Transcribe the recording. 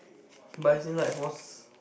but as in like for